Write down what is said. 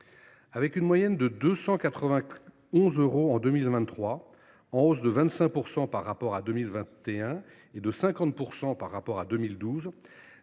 Avec une moyenne de 291 euros en 2023, en hausse de 25 % par rapport à 2021 et de 50 % par rapport à 2012,